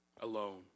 alone